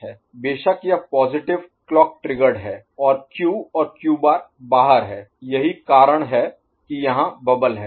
बेशक यह positive clock triggered है और क्यू और क्यू बार बाहर है यही कारण है कि यहाँ बबल है